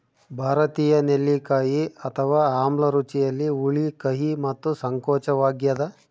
ಭಾರತೀಯ ನೆಲ್ಲಿಕಾಯಿ ಅಥವಾ ಆಮ್ಲ ರುಚಿಯಲ್ಲಿ ಹುಳಿ ಕಹಿ ಮತ್ತು ಸಂಕೋಚವಾಗ್ಯದ